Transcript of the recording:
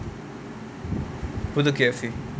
புது:puthu K_F_C